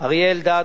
אריה אלדד,